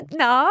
no